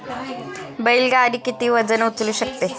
बैल गाडी किती वजन उचलू शकते?